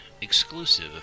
exclusive